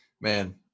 Man